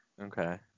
Okay